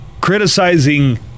criticizing